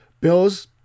Bills